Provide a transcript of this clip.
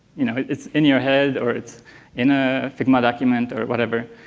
you know, it's in your head or it's in a figma document or whatever,